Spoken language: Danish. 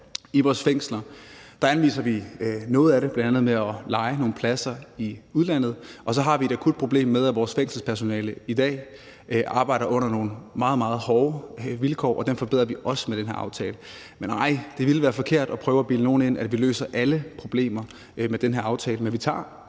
i vores fængsler, og der anviser vi noget af det bl.a. ved at leje nogle pladser i udlandet. Og så har vi et akut problem med, at vores fængselspersonale i dag arbejder under nogle meget, meget hårde vilkår, og dem forbedrer vi også med den her aftale. Men nej, det ville være forkert at prøve at bilde nogen ind, at vi løser alle problemer med den her aftale.